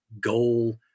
goal